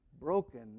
broken